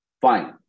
fine